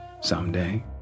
someday